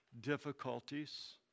difficulties